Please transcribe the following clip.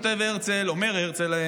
אמר להם הרצל,